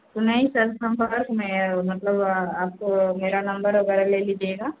नहीं सर संपर्क में है मतलब आपको मेरा नम्बर वगैरह ले लीजिएगा